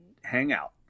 hangout